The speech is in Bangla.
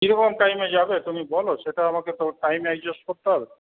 কীরকম টাইমে যাবে তুমি বলো সেটা আমাকে তো টাইম অ্যাডজাস্ট করতে হবে